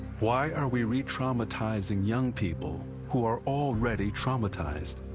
why are we re-traumatizing young people who are already traumatized?